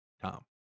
Tom